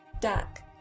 duck